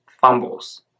fumbles